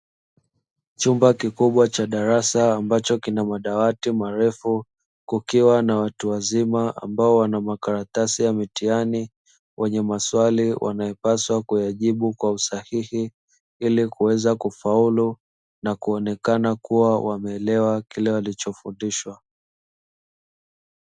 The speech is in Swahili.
Chumba kikubwa cha darasa ambacho kina madawati marefu. Kukiwa na watu wazima ambao wana makaratasi ya mitihani, wenye maswali wanayopaswa kuyajibu kwa usahihi, ili kuweza kufaulu na kuonekana kua wameelewa kile walichofundishwa.